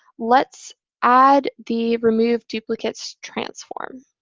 let's add the remove duplicates transform.